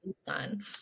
son